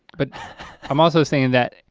but i'm also saying that,